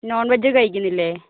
non veg കഴിക്കുന്നില്ലേ